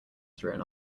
through